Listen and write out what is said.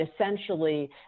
essentially